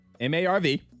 M-A-R-V